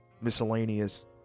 miscellaneous